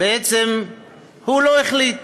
הוא בעצם לא החליט.